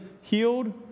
healed